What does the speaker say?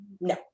no